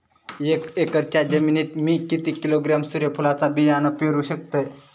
एक एकरच्या जमिनीत मी किती किलोग्रॅम सूर्यफुलचा बियाणा पेरु शकतय?